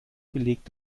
belegt